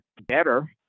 better